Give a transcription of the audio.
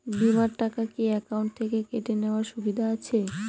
বিমার টাকা কি অ্যাকাউন্ট থেকে কেটে নেওয়ার সুবিধা আছে?